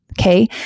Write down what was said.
Okay